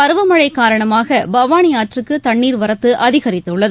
பருவமழை காரணமாக பவானி ஆற்றுக்கு தண்ணீர் வரத்து அதிகரித்துள்ளது